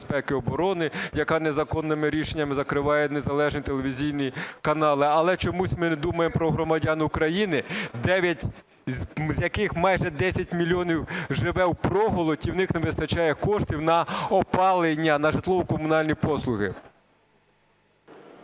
оборони, яка незаконними рішеннями закриває незалежні телевізійні канали. Але чомусь ми не думаємо про громадян України, 9 з яких, майже 10 мільйонів живе впроголодь і у них не вистачає коштів на опалення, на житлово-комунальні послуги.